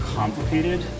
complicated